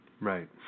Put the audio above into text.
Right